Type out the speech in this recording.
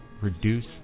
reduce